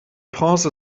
prince